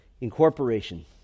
Incorporation